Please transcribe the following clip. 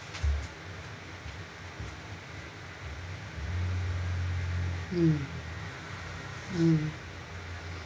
mm mm